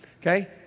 Okay